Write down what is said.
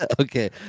okay